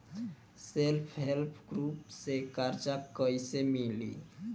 Self help group से कर्जा कईसे मिली?